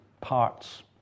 parts